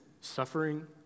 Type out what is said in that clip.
suffering